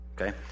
okay